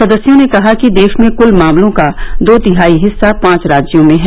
सदस्यों ने कहा कि देश में क्ल मामलों का दो तिहाई हिस्सा पांच राज्यों में है